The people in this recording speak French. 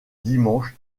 dimanche